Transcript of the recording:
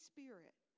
Spirit